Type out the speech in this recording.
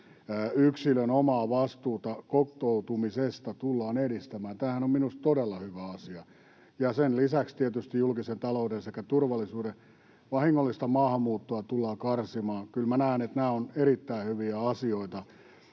Yksilön omaa vastuuta kotoutumisesta tullaan edistämään. Tämähän on minusta todella hyvä asia. Sen lisäksi tietysti julkiselle taloudelle sekä turvallisuudelle vahingollista maahanmuuttoa tullaan karsimaan. Kyllä minä näen, että nämä ovat erittäin hyviä asioita.